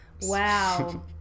Wow